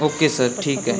okay sir ठीक आहे